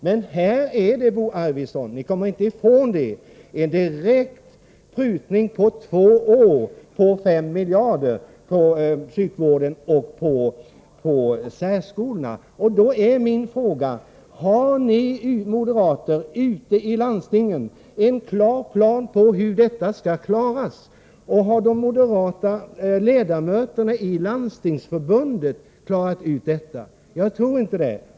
Men här är det, Bo Arvidson — ni kommer inte ifrån det — en direkt prutning om 5 miljarder på två år på psykvården och särskolorna. Min fråga i anledning av detta är: Har ni moderater ute i landstingen en klar plan för hur detta skall klaras? Har de moderata ledamöterna i Landstingsförbundet klarat ut detta? — Jag tror inte det.